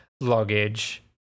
luggage